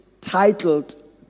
titled